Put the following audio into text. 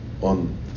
on